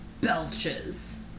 belches